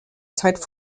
zeit